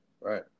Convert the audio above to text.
Right